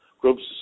groups